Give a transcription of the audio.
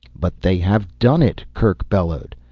but they have done it! kerk bellowed.